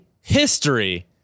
history